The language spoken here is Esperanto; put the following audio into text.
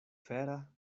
fiera